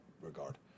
regard